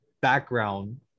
background